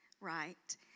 right